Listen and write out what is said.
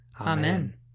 Amen